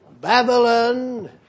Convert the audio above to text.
Babylon